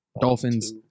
Dolphins